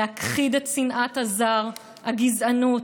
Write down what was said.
להכחיד את שנאת הזר, הגזענות,